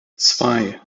zwei